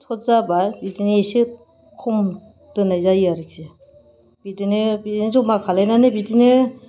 short जाबा बिदिनो एसे खम दोननाय जायो आरोखि बिदिनो बे जमा खालामनानै बिदिनो